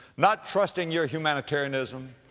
not trusting your humanitarianism,